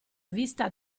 vista